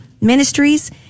ministries